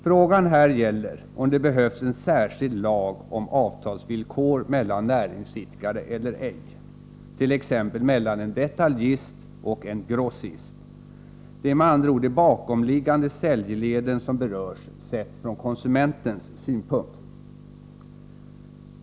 Frågan gäller om det behövs en särskild lag om avtalsvillkor mellan näringsidkare eller ej, t.ex. mellan en detaljist och en grossist. Det är med andra ord de bakomliggande säljleden som berörs, från konsumentens synpunkt sett.